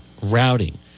routing